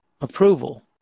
approval